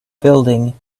building